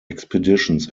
expeditions